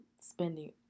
spending